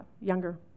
younger